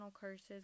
curses